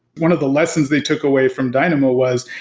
one of the lessons they took away from dynamo was,